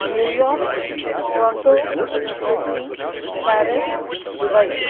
New York Toronto Sydney Paris Dubai